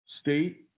state